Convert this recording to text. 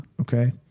okay